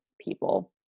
people